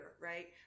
right